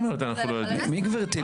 מי גבירתי?